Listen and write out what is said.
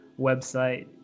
website